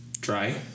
Dry